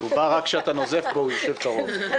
רק כשאתה נוזף בו, הוא יושב קרוב...